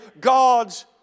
God's